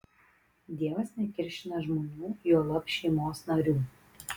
dievas nekiršina žmonių juolab šeimos narių